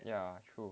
ya true